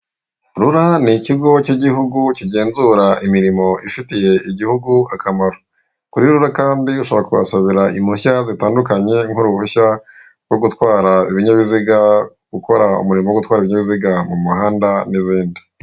RURA ni Ikigo cy'Igihugu kigenzura Imiririmo ifitiye Igihugu akamaro. Kuri RURA kandi ushobora kuhasabira impushya zitandukanye, nk'uruhushya rwo gutwara ibinyabiziga.